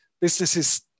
businesses